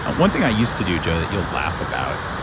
and one thing i used to do joe, that you'll laugh about,